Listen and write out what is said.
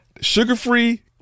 Sugar-free